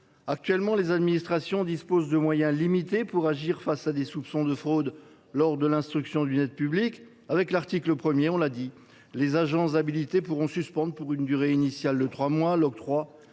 Actuellement, les administrations disposent de moyens limités pour agir face à des soupçons de fraude lors de l’instruction d’une demande d’aide publique. Grâce aux dispositions de l’article 1, les agents habilités pourront suspendre, pour une durée initiale de trois mois, l’octroi